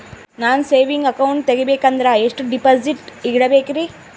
ನಾನು saving account ತೆಗಿಬೇಕಂದರ ಎಷ್ಟು ಡಿಪಾಸಿಟ್ ಇಡಬೇಕ್ರಿ?